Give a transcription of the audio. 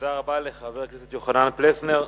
תודה רבה לחבר הכנסת יוחנן פלסנר.